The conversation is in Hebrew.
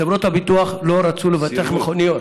חברות הביטוח לא רצו לבטח מכוניות.